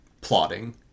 plotting